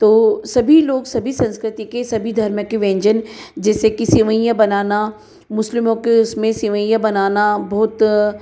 तो सभी लो सभी संस्कृति के सभी धर्म के व्यंजन जैसे कि सेवईयां बनाना मुस्लिमों के उसमें सेवईयां बनाना बहुत